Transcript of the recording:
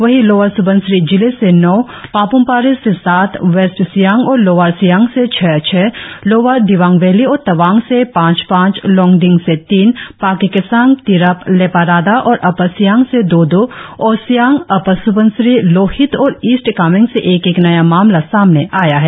वही लोअर स्बनसिरी जिले से नौ पाप्म पारे से सात वेस्ट सियांग और लोअर सियांग से छह छह लोअर दिबांग वैली और तवांग से पांच पांच लोंगडिंग से तीन पाके केसांग तिरप लेपाराडा और अपर सियांग से दो दो और सियांग अपर स्बनसिरी लोहित और ईस्ट कामेंग से एक एक नया मामला सामने आया है